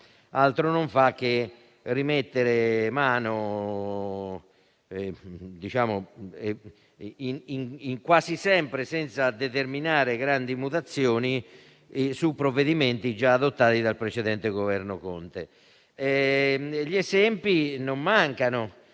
altro non fa che rimettere mano, quasi sempre senza determinare grandi mutazioni, a provvedimenti già adottati dal precedente Governo Conte. Gli esempi non mancano.